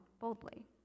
boldly